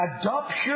Adoption